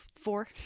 four